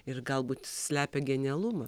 ir galbūt slepia genialumą